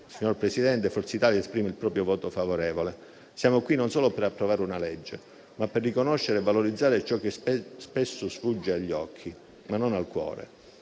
signor Presidente, Forza Italia esprime il proprio voto favorevole. Siamo qui non solo per approvare una legge, ma anche per riconoscere e valorizzare ciò che spesso sfugge agli occhi, ma non al cuore,